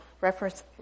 reference